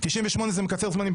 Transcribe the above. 98 מקצר זמנים.